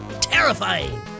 Terrifying